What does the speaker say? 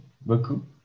beaucoup